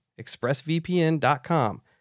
expressvpn.com